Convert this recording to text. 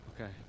Okay